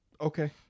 Okay